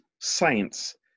saints